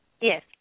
Yes